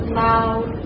loud